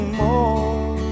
more